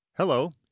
Hello